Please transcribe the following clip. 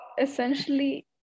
essentially